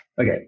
Okay